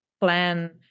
plan